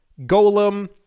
Golem